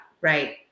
right